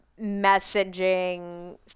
messaging